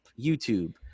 YouTube